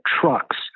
trucks